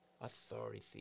authority